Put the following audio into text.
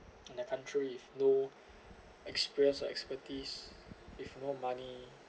in the country with no experience or expertise with no money